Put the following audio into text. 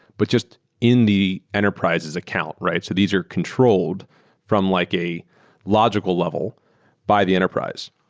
but just in the enterprise's account, right? so these are controlled from like a logical level by the enterprise.